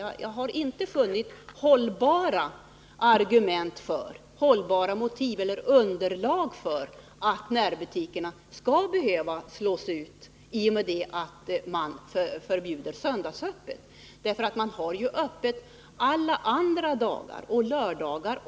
Jag har inte funnit något hållbart underlag för tron att närbutikerna måste slås ut på grund av att man förbjuder söndagsöppet. Man har ju öppet alla andra dagar, även på lördagar.